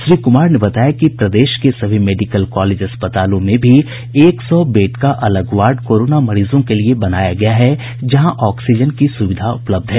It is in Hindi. श्री कुमार ने बताया कि प्रदेश के सभी मेडिकल कॉलेज अस्पतालों में भी एक सौ बेड का अलग वार्ड कोरोना मरीजों के लिए बनाया गया है जहां ऑक्सीजन की सुविधा उपलब्ध है